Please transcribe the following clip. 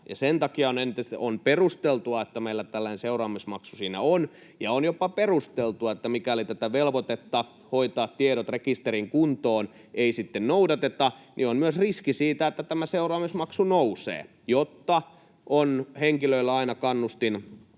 Sen takia on perusteltua, että meillä tällainen seuraamusmaksu siinä on, ja on jopa perusteltua, että mikäli tätä velvoitetta hoitaa tiedot rekisterissä kuntoon ei noudateta, niin on myös riski siitä, että tämä seuraamusmaksu nousee, jotta henkilöillä on aina kannustin